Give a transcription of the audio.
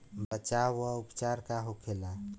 बचाव व उपचार का होखेला?